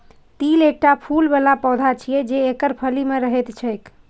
तिल एकटा फूल बला पौधा छियै, जे एकर फली मे रहैत छैक